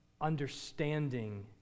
understanding